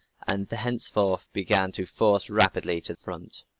and thenceforth began to forge rapidly to the front.